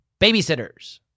babysitters